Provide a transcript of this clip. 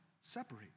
separate